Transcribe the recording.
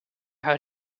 how